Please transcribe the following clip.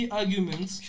arguments